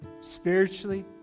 spiritually